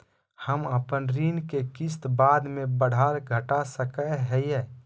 हम अपन ऋण के किस्त बाद में बढ़ा घटा सकई हियइ?